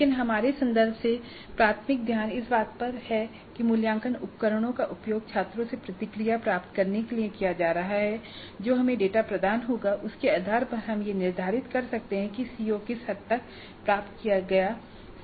लेकिन हमारे संदर्भ से प्राथमिक ध्यान इस बात पर है कि मूल्यांकन उपकरणों का उपयोग छात्रों से प्रतिक्रिया प्राप्त करने के लिए किया जा रहा है जो हमें डेटा प्रदान करेगा जिसके आधार पर हम यह निर्धारित कर सकते हैं कि सीओ किस हद तक प्राप्त किया जा रहा है